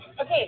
Okay